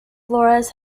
flores